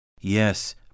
Yes